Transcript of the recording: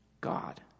God